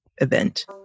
event